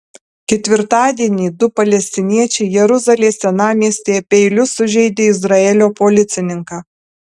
ketvirtadienį du palestiniečiai jeruzalės senamiestyje peiliu sužeidė izraelio policininką